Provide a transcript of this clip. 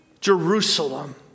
Jerusalem